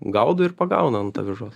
gaudo ir pagauna ant avižos